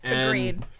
Agreed